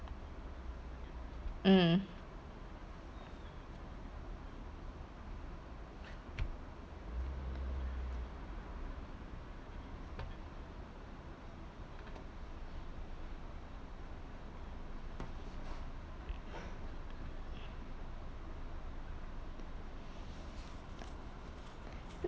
mm